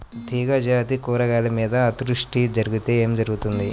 తీగజాతి కూరగాయల మీద అతివృష్టి జరిగితే ఏమి జరుగుతుంది?